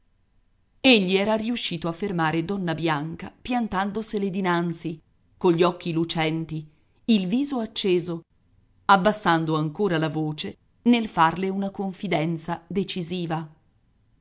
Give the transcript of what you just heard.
egli era riuscito a fermare donna bianca piantandosele dinanzi cogli occhi lucenti il viso acceso abbassando ancora la voce nel farle una confidenza decisiva